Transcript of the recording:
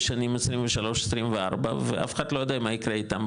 בשנים 23-24 ואף אחד לא יודע מה ייקרה איתם,